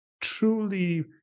truly